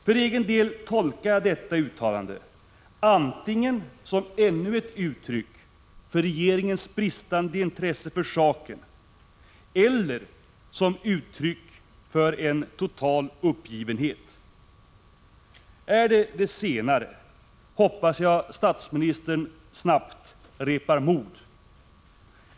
För egen del tolkar jag detta uttalande antingen som ännu ett uttryck för regeringens brist på intresse för saken eller som uttryck för en total uppgivenhet. Är det det senare hoppas jag att statsministern snabbt repar mod.